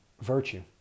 virtue